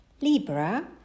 Libra